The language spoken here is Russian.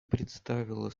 представила